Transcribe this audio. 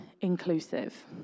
inclusive